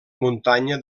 muntanya